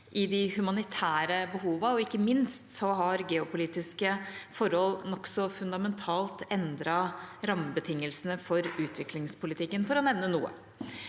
i de humanitære behovene, og ikke minst har geopolitiske forhold nokså fundamentalt endret rammebetingelsene for utviklingspolitikken – for å nevne noe.